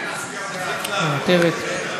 כנראה נצביע בעד, מוותרת.